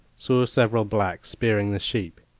saw several blacks spearing the sheep.